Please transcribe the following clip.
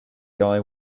guy